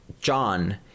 john